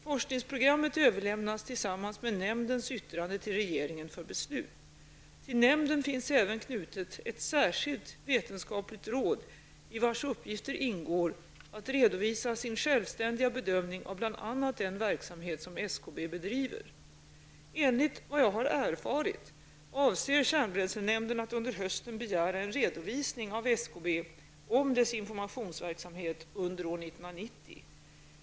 Forskningsprogrammet överlämnas tillsammans med nämndens yttrande till regeringen för beslut. Till nämnden finns även knutet ett särskilt vetenskapligt råd i vars uppgifter ingår att redovisa sin självständiga bedömning av bl.a. den verksamhet som SKB bedriver. Enligt vad jag har erfarit avser kärnbränslenämnden att under hösten begära en redovisning av SKB om dess informationsverksamhet under år 1990.